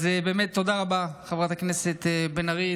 אז באמת תודה רבה, חברת הכנסת בן ארי.